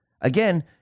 Again